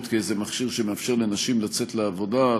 כאיזה מכשיר שמאפשר לנשים לצאת לעבודה.